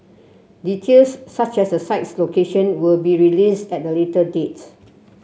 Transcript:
details such as the site's location will be released at a later date